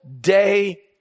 day